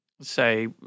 Say